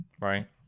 right